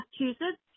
Massachusetts